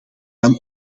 dan